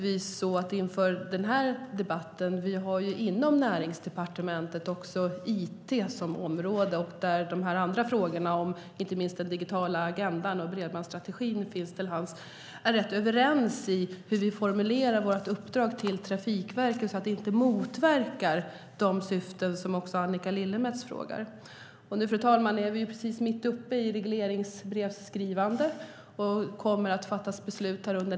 Vi har inom Näringsdepartementet också it som ansvarsområde och inte minst frågorna om den digitala agendan och bredbandsstrategin, och vi är rätt överens om hur vi formulerar vårt uppdrag till Trafikverket så att det inte motverkar de syften som Annika Lillemets efterfrågar. Fru talman! Nu är vi mitt uppe i regleringsbrevsskrivande, och det kommer att fattas beslut nästa vecka.